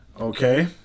Okay